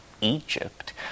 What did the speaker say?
Egypt